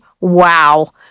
wow